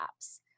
apps